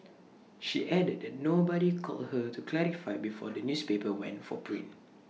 she added that nobody called her to clarify before the newspaper went for print